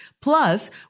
plus